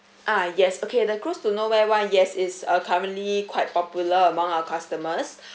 ah yes okay the cruise to nowhere [one] yes is uh currently quite popular among our customers